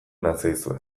natzaizue